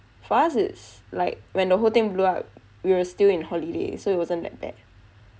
for us is like when the whole thing blew up we were still in holiday so it wasn't that bad